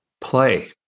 play